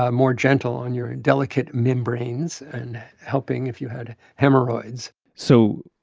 ah more gentle on your delicate membranes and helping if you had hemorrhoids so,